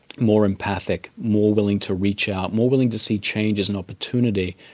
more empathic, more willing to reach out, more willing to see change as an opportunity,